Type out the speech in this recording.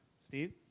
Steve